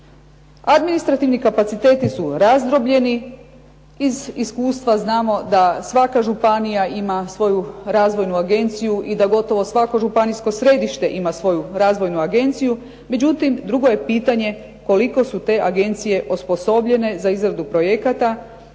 Administrativni kapaciteti su razdrobljeni. Iz iskustva znamo da svaka županija ima svoju razvojnu agenciju i da gotovo svako županijsko središte ima svoju razvojnu agenciju. Međutim, drugo je pitanje koliko su te agencije osposobljene za izradu projekata,